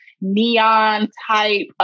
neon-type